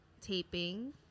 taping